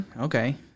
Okay